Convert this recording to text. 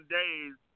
days